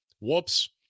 Whoops